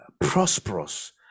prosperous